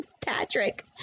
Patrick